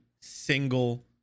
single